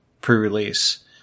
pre-release